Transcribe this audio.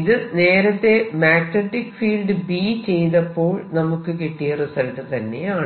ഇത് നേരത്തെ magnetic field B ചെയ്തപ്പോൾ നമുക്ക് കിട്ടിയ റിസൾട്ട് തന്നെ ആണ്